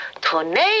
tornado